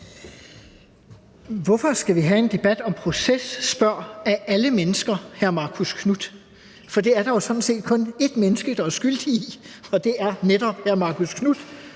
Hvorfor skal vi have en debat om proces? spørger af alle mennesker hr. Marcus Knuth. For det er der jo sådan set kun ét menneske, der er skyldig i, og det er netop hr. Marcus Knuth,